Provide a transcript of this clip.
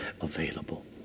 available